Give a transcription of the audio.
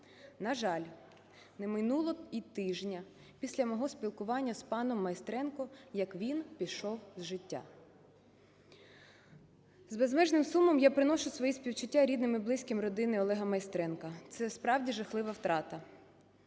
На жаль, не минуло і тижня після мого спілкування з паном Майстренко, як він пішов з життя. З безмежним сумом я приношу свої співчуття рідним і близьким родини Олега Майстренка, це справді жахлива втрата.